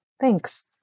thanks